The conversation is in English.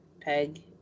peg